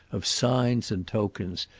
of signs and tokens,